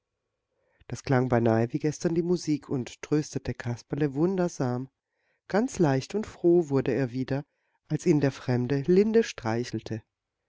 das klang beinahe wie gestern die musik und tröstete kasperle wundersam ganz leicht und froh wurde er wieder als ihn der fremde linde streichelte